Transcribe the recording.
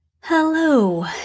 Hello